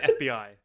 fbi